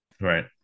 right